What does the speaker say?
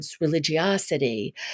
Religiosity